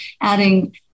adding